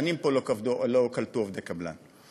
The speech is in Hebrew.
שנים לא קלטו פה עובדי קבלן.